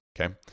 okay